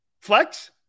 Flex